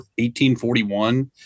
1841